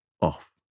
off